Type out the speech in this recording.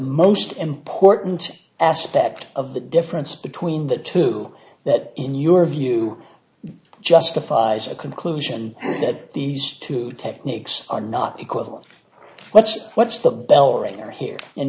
most important aspect of the difference between the two that in your view justifies a conclusion and that these two techniques are not equivalent what's what's the bell ringer here in